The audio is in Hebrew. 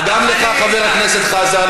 חבר הכנסת פורר,